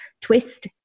Twist